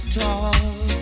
talk